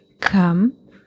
come